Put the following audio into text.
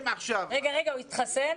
רגע, הוא התחסן?